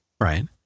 Right